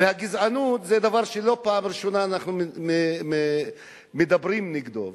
והגזענות זה דבר שלא בפעם ראשונה אנחנו מדברים נגדו,